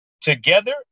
together